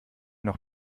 noch